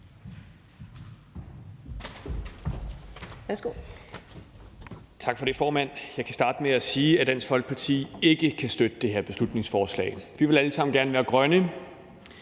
Tak for det, formand. Jeg kan starte med at sige, at Dansk Folkeparti ikke kan støtte det her beslutningsforslag. Vi vil alle sammen gerne være grønne;